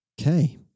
Okay